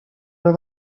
have